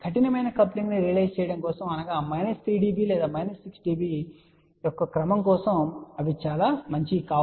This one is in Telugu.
కఠినమైన కప్లింగ్ ను రియలైజ్ చేయడం కోసం అనగా మైనస్ 3 dB లేదా మైనస్ 6 dB యొక్క క్రమం కోసం అవి చాలా మంచివి కావు